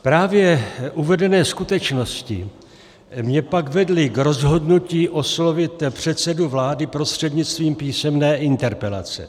Právě uvedené skutečnosti mě pak vedly k rozhodnutí oslovit předsedu vlády prostřednictvím písemné interpelace.